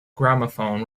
gramophone